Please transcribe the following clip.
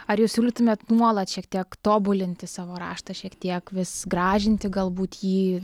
ar jūs siūlytumėt nuolat šiek tiek tobulinti savo raštą šiek tiek vis gražinti galbūt jį